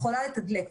יכולה לתדלק,